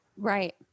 Right